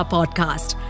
Podcast